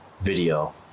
video